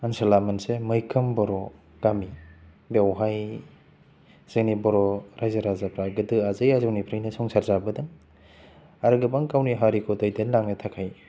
ओनसोला मोनसे मैखोम बर' गामि बेवहाय जोंनि बर' रायजो राजाफ्रा गोदो आजै आजौनिफ्रायनो संसार जाबोदों आरो गोबां गावनि हारिखौ दैदेनलांनो थाखाय